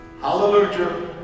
hallelujah